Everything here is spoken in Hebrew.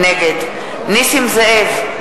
נגד נסים זאב,